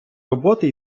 роботи